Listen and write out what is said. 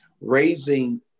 raising